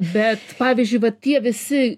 bet pavyzdžiui va tie visi